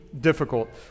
difficult